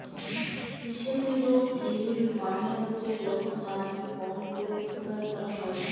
strip drill মালে হছে যখল মাটির কম ক্যরে খুদাই ক্যরা হ্যয়